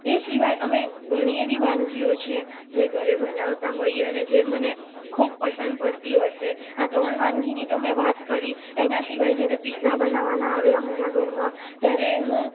એ સિવાય અમે ઘણી એવી વાનગીઓ છે જે ઘરે બનાવતા હોઈએ અને જે મને ખૂબ પસંદ પડતી હશે આ ત્રણ વાનગીની તો મેં વાત કરી એના સિવાય જ્યારે પિઝા બનાવવાના આવે અમારા ઘરમાં ત્યારે હું